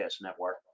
network